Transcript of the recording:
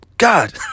God